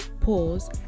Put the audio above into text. pause